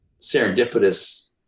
serendipitous